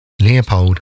Leopold